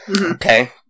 Okay